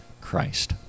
Christ